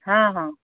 ହଁ ହଁ